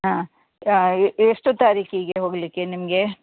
ಹಾಂ ಎಷ್ಟು ತಾರೀಕಿಗೆ ಹೋಗಲಿಕ್ಕೆ ನಿಮಗೆ